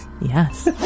Yes